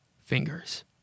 fingers